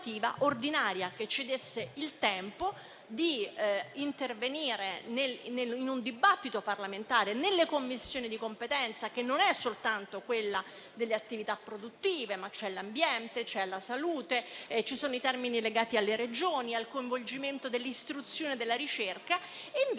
avendo il tempo di intervenire in un dibattito parlamentare nelle Commissioni di competenza, che non è soltanto quella delle attività produttive, ma ci sono l'ambiente, la salute, i termini legati alle Regioni e al coinvolgimento dell'istruzione e della ricerca. Invece